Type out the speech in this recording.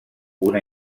una